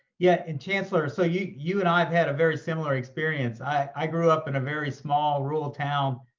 yeah. and chancellor, so you you and i have had a very similar experience. i i grew up in a very small rural town,